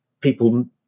people